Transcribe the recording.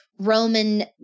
roman